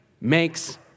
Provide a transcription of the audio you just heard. makes